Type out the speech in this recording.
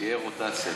שתהיה רוטציה,